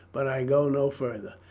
but i go no farther.